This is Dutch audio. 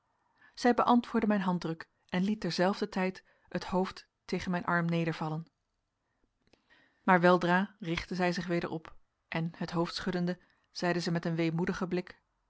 zij beantwoordde mijn handdruk en liet terzelfder tijd het hoofd tegen mijn arm nedervallen maar weldra richtte zij zich weder op en het hoofd schuddende zeide zij met een weemoedigen blik